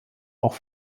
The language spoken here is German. auch